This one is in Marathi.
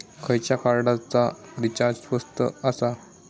खयच्या कार्डचा रिचार्ज स्वस्त आसा?